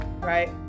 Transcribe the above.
right